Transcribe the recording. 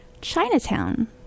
Chinatown